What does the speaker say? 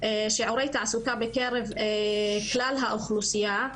שיעור תעסוקה בקרב כלל האוכלוסייה,